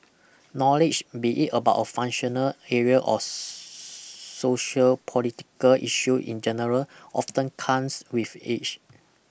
knowledge be it about a functional area or sociopolitical issue in general often comes with age